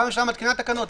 הממשלה מתקינה תקנות.